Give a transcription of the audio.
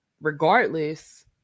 regardless